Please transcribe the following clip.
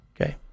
Okay